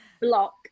block